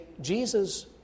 Jesus